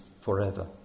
forever